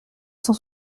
cent